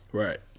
right